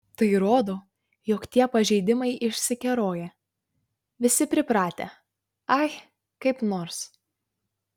tai rodo jog tie pažeidimai išsikeroję visi pripratę ai kaip nors